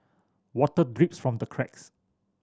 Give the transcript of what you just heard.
water drips from the cracks